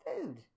food